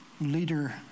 leader